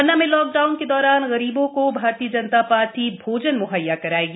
पन्ना में lockdown के दौरान गरीवों को भारतीय जनता पार्टी भोजन म्हैया करायेगी